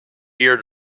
ear